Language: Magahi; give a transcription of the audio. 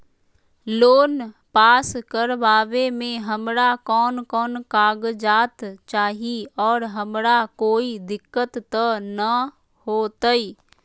लोन पास करवावे में हमरा कौन कौन कागजात चाही और हमरा कोई दिक्कत त ना होतई?